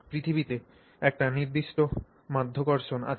পৃথিবীতে একটি নির্দিষ্ট মাধ্যাকর্ষণ আছে